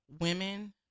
women